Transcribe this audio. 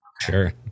Sure